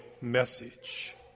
message